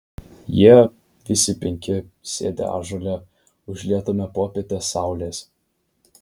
jie visi penki sėdi ąžuole užlietame popietės saulės